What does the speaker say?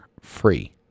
free